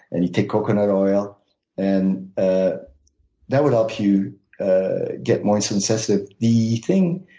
and you take coconut oil and ah that would help you get more insulin sensitive. the thing,